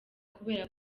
kubera